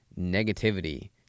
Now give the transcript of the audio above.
negativity